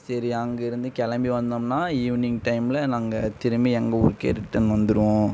சரி அங்கேருந்து கிளம்பி வந்தோம்னால் ஈவினிங் டைமில் நாங்கள் திரும்பி எங்கள் ஊருக்கே ரிட்டன் வந்திருவோம்